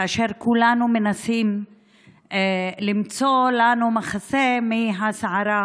כאשר כולנו מנסים למצוא לנו מחסה מהסערה,